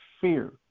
fear